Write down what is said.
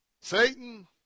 Satan